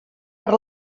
per